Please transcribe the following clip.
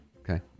Okay